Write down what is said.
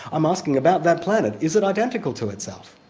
i'm asking about that planet. is it identical to itself?